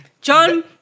John